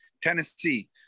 Tennessee